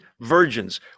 virgins